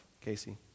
Casey